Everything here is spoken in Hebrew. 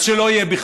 אז שלא יהיה בכלל.